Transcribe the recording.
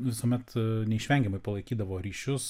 visuomet neišvengiamai palaikydavo ryšius